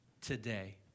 today